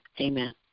Amen